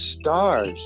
stars